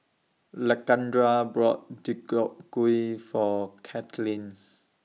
Lakendra bought Deodeok Gui For Cailyn